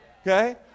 Okay